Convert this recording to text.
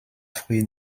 fruits